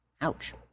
Ouch